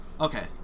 Okay